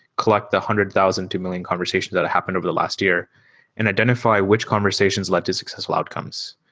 collect the hundred thousand to million conversations that happened over the last year and identify which conversations lead to successful outcomes.